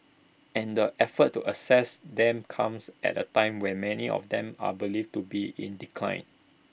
and the effort to assess them comes at A time when many of them are believed to be in decline